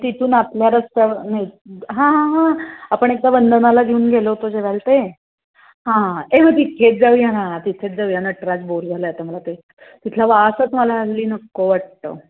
तिथून आतल्या रस्त्यावर नाही हां हां हां आपण एकदा वंदनाला घेऊन गेलो होतो जेवायला ते हां हां मग तिथेच जाऊया ना तिथेच जाऊया नटराज बोर झालं आहे तर मला ते तिथला वासच मला हल्ली नको वाटतं